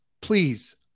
please